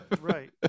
Right